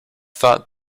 thought